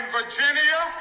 Virginia